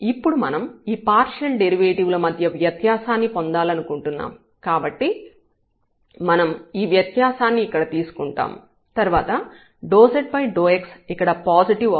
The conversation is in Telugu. ఇప్పుడు మనం ఈ రెండు పార్షియల్ డెరివేటివ్ ల మధ్య వ్యత్యాసాన్ని పొందాలనుకుంటున్నాము కాబట్టి మనం ఈ వ్యత్యాసాన్ని ఇక్కడ తీసుకుంటాము తర్వాత ∂z∂x ఇక్కడ పాజిటివ్ అవుతుంది